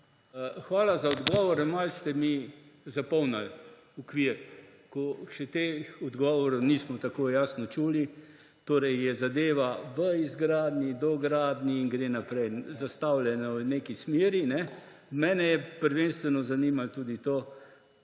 Hvala za odgovore. Malo ste mi zapolnili okvir, ko še teh odgovorov nismo tako jasno slišali. Torej je zadeva v izgradnji, dogradnji in gre naprej. Zastavljeno je v neki smeri. Mene je prvenstveno zanimalo tudi to,